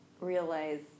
realize